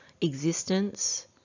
existence